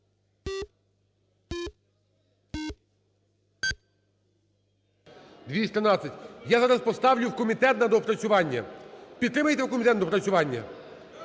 Я зараз поставлю: в комітет на доопрацювання. Підтримаєте: в комітет на доопрацювання?